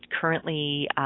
currently